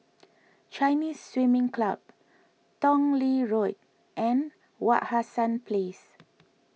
Chinese Swimming Club Tong Lee Road and Wak Hassan Place